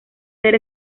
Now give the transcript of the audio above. ser